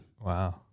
Wow